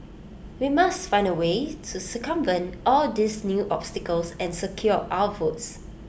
we must find A way to circumvent all these new obstacles and secure our votes